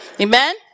Amen